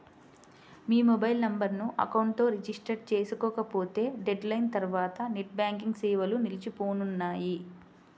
మీ mobile నెంబర్ను account తో register చేసుకోకపోతే డెడ్ లైన్ తర్వాత నెట్ బ్యాంకింగ్ సేవలు నిలిచిపోనున్నాయి